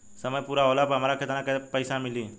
समय पूरा होला पर हमरा केतना पइसा मिली?